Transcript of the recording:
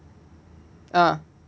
ah